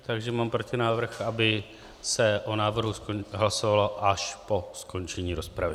Takže mám protinávrh, aby se o návrhu hlasovalo až po skončení rozpravy.